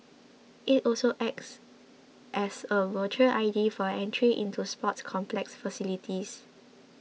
it also acts as a virtual I D for entry into sports complex facilities